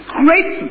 great